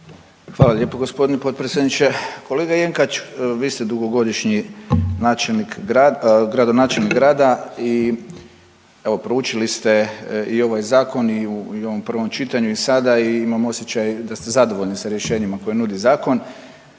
Hvala lijepa gospodine potpredsjedniče. Kolega Jenkač vi ste dugogodišnji gradonačelnik grada i evo proučili ste i ovaj zakon i u prvom čitanju i sada i imam osjećaj da ste zadovoljni sa rješenjima koje nudi zakon,